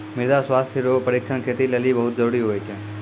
मृदा स्वास्थ्य रो परीक्षण खेती लेली बहुत जरूरी हुवै छै